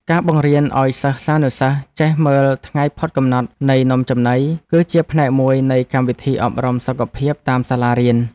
ការបង្រៀនឱ្យសិស្សានុសិស្សចេះមើលថ្ងៃផុតកំណត់នៃនំចំណី គឺជាផ្នែកមួយនៃកម្មវិធីអប់រំសុខភាពតាមសាលារៀន។